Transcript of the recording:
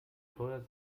teuer